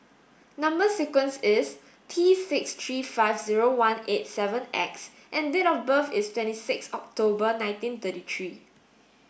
number sequence is T six three five zero one eight seven X and date of birth is twenty six October nineteen thirty three